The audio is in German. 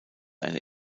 eine